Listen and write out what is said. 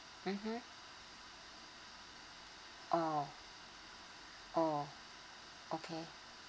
mmhmm oh okay